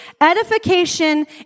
Edification